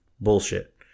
bullshit